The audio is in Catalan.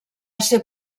ser